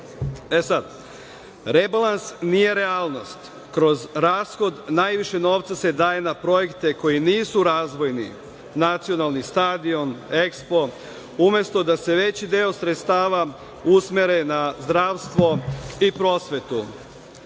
na 180.Rebalans nije realnost. Kroz rashod najviše novca se daje na projekte koji nisu razvojni, nacionalni stadion, EKSPO, umesto da se veći deo sredstava usmere na zdravstvo i prosvetu.